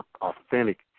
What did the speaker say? authentic